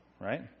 right